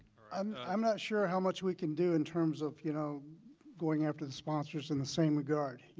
um i'm not sure how much we can do in terms of you know going after the sponsors in the same regard.